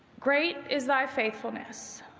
great is thy failfulness.